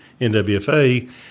NWFA